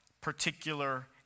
particular